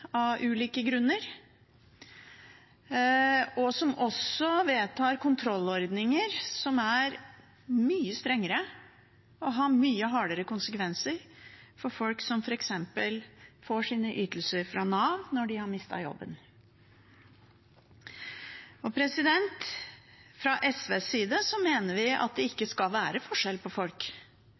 av ulike grunner, og som også vedtar kontrollordninger, som er mye strengere og har mye hardere konsekvenser f.eks. for folk som får sine ytelser fra Nav når de har mistet jobben. Fra SVs side mener vi at det ikke skal være forskjell på folk.